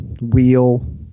Wheel